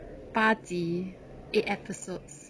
八集 eight episodes